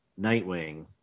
Nightwing